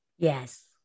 Yes